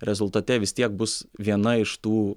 rezultate vis tiek bus viena iš tų